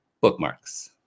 Bookmarks